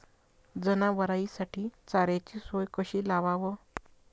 जनावराइसाठी चाऱ्याची सोय कशी लावाव?